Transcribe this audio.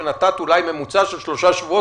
נתת אולי ממוצע של שלושה שבועות,